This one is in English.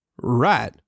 Right